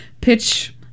pitch